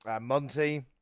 Monty